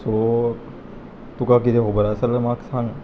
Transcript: so तुका किदें खोबोर आसा जाल्यार म्हाका सांग